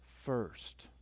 first